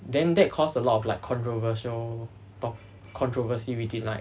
then that caused a lot of like controversial ta~ controversy within like